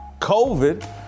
COVID